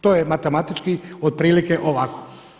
To je matematički otprilike ovako.